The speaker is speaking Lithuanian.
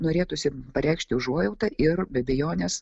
norėtųsi pareikšti užuojautą ir be abejonės